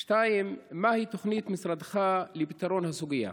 2. מהי תוכנית משרדך לפתרון הסוגיה?